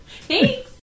thanks